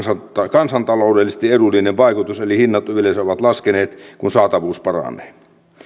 kansantaloudellisesti edullinen vaikutus eli hinnat yleensä ovat laskeneet kun saatavuus paranee